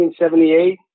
1978